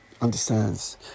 understands